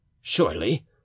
surely